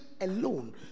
alone